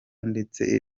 ndetse